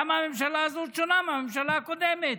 למה הממשלה הזו שונה מהממשלה הקודמת?